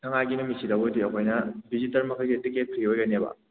ꯁꯪꯉꯥꯏꯒꯤ ꯅꯨꯃꯤꯠꯁꯤꯗ ꯑꯩꯈꯣꯏꯗꯤ ꯑꯩꯈꯣꯏ ꯅ ꯚꯤꯖꯤꯇꯔ ꯃꯈꯩꯒꯤ ꯇꯤꯛꯀꯦꯠ ꯐ꯭ꯔꯤ ꯑꯣꯏꯗꯣꯏꯅꯦꯕ